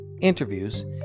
interviews